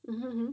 mmhmm